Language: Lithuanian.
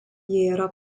yra